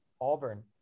Auburn